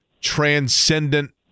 transcendent